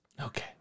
Okay